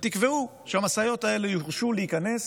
ותקבעו שהמשאיות האלה יורשו להיכנס